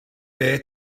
beth